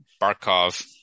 Barkov